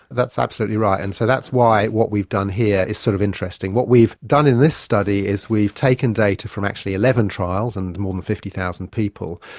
that's absolutely right, and so that's why what we've done here is sort of interesting. what we've done in this study is we've taken data from actually eleven trials and more than fifty thousand people.